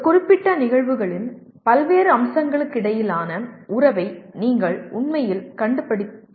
ஒரு குறிப்பிட்ட நிகழ்வுகளின் பல்வேறு அம்சங்களுக்கிடையிலான உறவை நீங்கள் உண்மையில் கண்டுபிடித்துள்ளீர்கள்